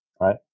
right